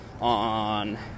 on